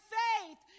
faith